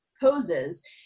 poses